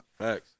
Facts